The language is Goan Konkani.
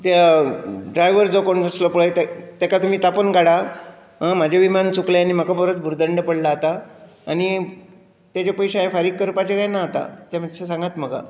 त्या ड्रायवर जो कोण आसलो पळय तेका तुमी तापोवन काडात म्हजें विमान चुकलें आनी म्हाका बरोच भुरदंड पडला आता आनी तेजे पयशे हांवे फारीक करपाचे कांय ना आता ते मातशें सांगात म्हाका